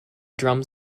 drum